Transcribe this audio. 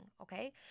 Okay